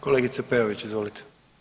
Kolegice Peović, izvolite.